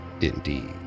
indeed